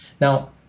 Now